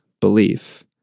belief